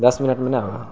دس minute میں نہ ہوگا